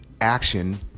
action